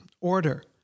order